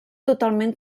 totalment